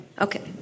Okay